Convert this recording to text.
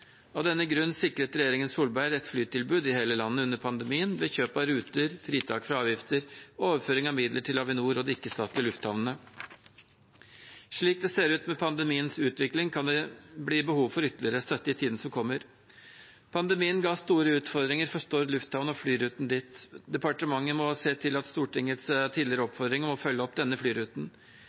flytilbud i hele landet under pandemien, ved kjøp av ruter, fritak fra avgifter og overføring av midler til Avinor og de ikke-statlige lufthavnene. Slik det ser ut med pandemiens utvikling, kan det bli behov for ytterligere støtte i tiden som kommer. Pandemien ga store utfordringer for Stord lufthavn og flyruten dit. Departementet må se til Stortingets tidligere oppfordring om å følge opp denne flyruten.